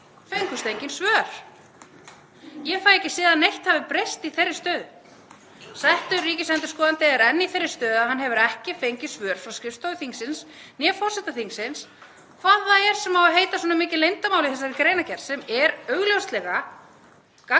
fengust engin svör. Ég fæ ekki séð að neitt hafi breyst í þeirri stöðu. Settur ríkisendurskoðandi er enn í þeirri stöðu að hann hefur ekki fengið svör frá skrifstofu þingsins eða forseta þingsins um það hvað það er sem á að heita svona mikið leyndarmál í þessari greinargerð, sem er augljóslega